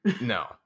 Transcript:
No